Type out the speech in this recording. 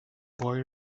boy